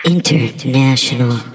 International